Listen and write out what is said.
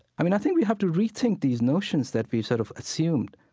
i mean, i think we have to rethink these notions that we've sort of assumed